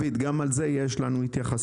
גם על זה יש התייחסות.